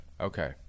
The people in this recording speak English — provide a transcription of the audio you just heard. Okay